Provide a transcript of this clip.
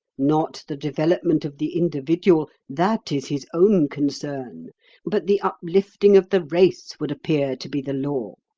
not the development of the individual that is his own concern but the uplifting of the race would appear to be the law.